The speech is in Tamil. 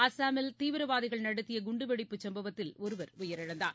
அஸ்ஸாமில் தீவிரவாதிகள் நடத்திய குண்டுவெடிப்பு சம்பவத்தில் ஒருவர் உயிரிழந்தார்